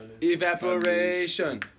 Evaporation